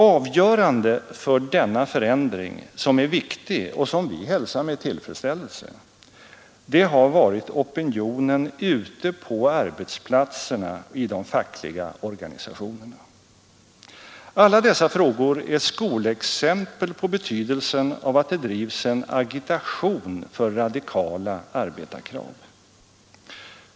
Avgörande för denna förändring, som är viktig och som vi hälsar med tillfredsställelse, har varit opinionen ute på arbetsplatserna och i de fackliga organisationerna. Alla dessa frågor är skolexempel på betydelsen av att det drivs en agitation för radikala arbetarkrav.